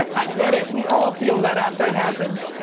i get it. we all feel that after it happens.